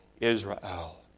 Israel